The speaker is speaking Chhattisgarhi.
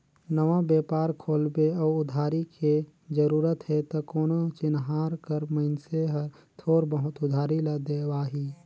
नवा बेपार खोलबे अउ उधारी के जरूरत हे त कोनो चिनहार कर मइनसे हर थोर बहुत उधारी ल देवाही